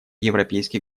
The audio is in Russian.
европейский